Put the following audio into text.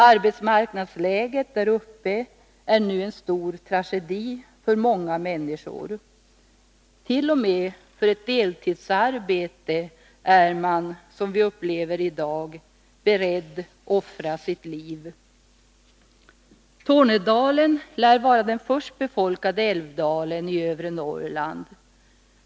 Arbetsmarknadsläget där uppe är nu en stor tragedi för många människor. Tornedalen lär vara den först befolkade älvdalen i övre Norrland.